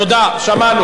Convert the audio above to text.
תודה, שמענו.